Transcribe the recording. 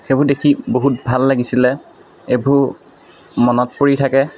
সেইবোৰ দেখি বহুত ভাল লাগিছিলে এইবোৰ মনত পৰি থাকে